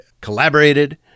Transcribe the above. collaborated